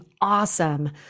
awesome